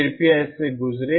कृपया इससे गुजरें